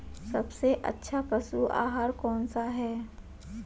सबसे अच्छा पशु आहार कौन सा होता है?